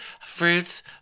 fruits